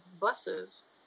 buses